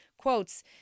quotes